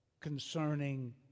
concerning